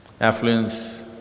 affluence